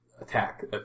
attack